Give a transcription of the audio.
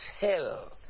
hell